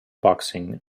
boxing